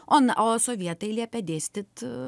o na o sovietai liepė dėstyt